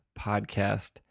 Podcast